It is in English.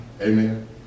Amen